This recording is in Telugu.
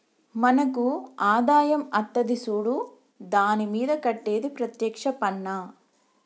మనకు ఆదాయం అత్తది సూడు దాని మీద కట్టేది ప్రత్యేక్ష పన్నా